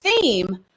theme